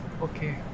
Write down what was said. Okay